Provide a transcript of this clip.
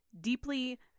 deeply